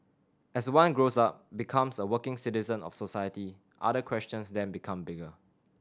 as one grows up becomes a working citizen of society other questions then become bigger